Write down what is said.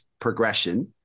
progression –